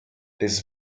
this